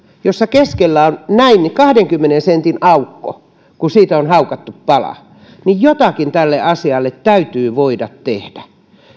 joissa keskellä on kahdenkymmenen sentin aukko kun siitä on haukattu pala jotakin tälle asialle täytyy voida tehdä